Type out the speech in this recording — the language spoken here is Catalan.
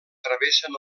travessen